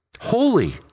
Holy